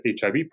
HIV